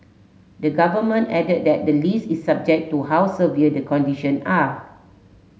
the government added that the list is subject to how severe the conditions are